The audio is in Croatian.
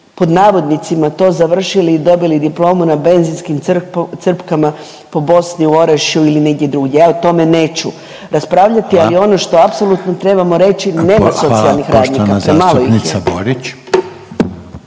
pod navodnicima to završili i dobili diplomu na benzinskim crpkama po Bosni, u Orašju ili negdje drugdje, ja o tome neću raspravljati…/Upadica Reiner: Hvala./… ali ono što apsolutno trebamo reći nema socijalnih radnika,